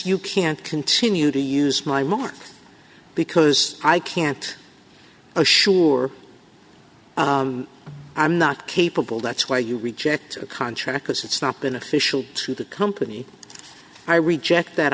you can't continue to use my mark because i can't assure i'm not capable that's why you reject a contract because it's not beneficial to the company i reject that